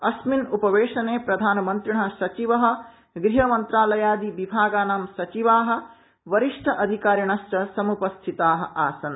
अस्मिन् उपवेशने प्रधानमन्त्रिण सचिव गृहमंत्रालयादि विभागानां सचिवा वरिष्ठ अधिकारिणश्च सम्पस्थिता आसन्